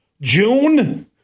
June